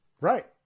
Right